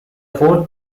fourth